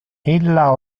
illa